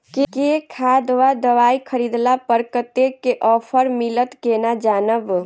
केँ खाद वा दवाई खरीदला पर कतेक केँ ऑफर मिलत केना जानब?